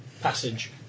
passage